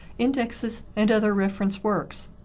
indexes and other reference works.